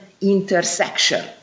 intersection